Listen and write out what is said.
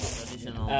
Traditional